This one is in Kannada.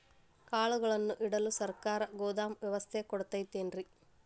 ಕಾಳುಗಳನ್ನುಇಡಲು ಸರಕಾರ ಗೋದಾಮು ವ್ಯವಸ್ಥೆ ಕೊಡತೈತೇನ್ರಿ?